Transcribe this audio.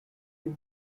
fill